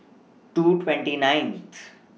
two twenty ninth